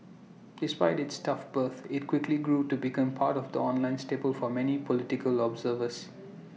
despite its tough birth IT quickly grew to become part of the online staple for many political observers